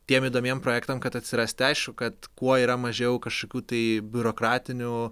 tiem įdomiem projektam kad atsirasti aišku kad kuo yra mažiau kažkokių tai biurokratinių